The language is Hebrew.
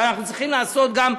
ואנחנו צריכים לעשות גם,